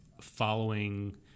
following